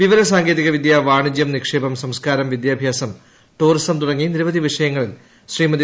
വിവര സാങ്കേതിക വിദ്യ വാണിജ്യം നിക്ഷേപം സംസ്കാരം വിദ്യാഭ്യാസം ടൂറിസം തുടങ്ങി നിരവധി വിഷയങ്ങളിൽ ശ്രീമതി